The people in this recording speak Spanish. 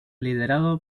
liderado